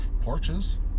porches